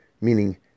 Meaning